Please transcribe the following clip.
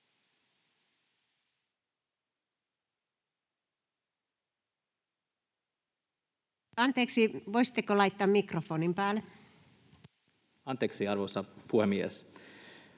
Anteeksi, voisitteko laittaa mikrofonin päälle. [Speech 194] Speaker: